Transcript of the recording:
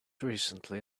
recently